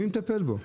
מי מטפל בו?